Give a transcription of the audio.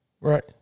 Right